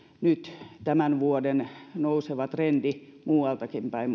nyt tämän vuoden nouseva trendi muualtakin päin